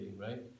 right